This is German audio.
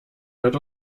wird